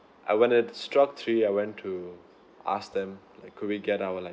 and when it struck three I went to ask them like could we get our like